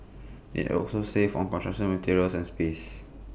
IT also save on construction materials and space